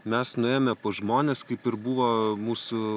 mes nuėjome pas žmones kaip ir buvo mūsų